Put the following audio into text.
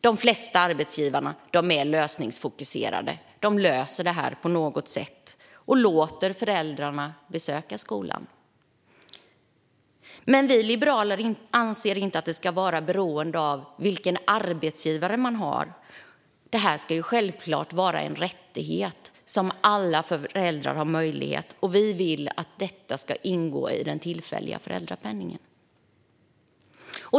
De flesta arbetsgivare är lösningsfokuserade, löser det på något sätt och låter föräldrarna besöka skolan. Men vi liberaler anser inte att det ska vara beroende av vilken arbetsgivare man har. Det ska självklart vara en rättighet som alla föräldrar har möjlighet att använda sig av. Vi vill att det ska ingå i den tillfälliga föräldrapenningen.